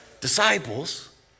Disciples